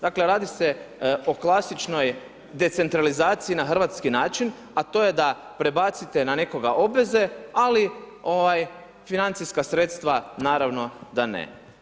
Dakle, radi se o klasičnoj decentralizaciji na hrvatski način a to je da prebacite na nekoga obveze ali ovaj financijska sredstva naravno da ne.